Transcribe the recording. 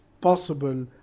possible